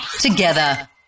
together